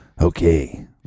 Okay